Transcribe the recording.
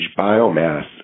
biomass